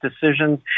decisions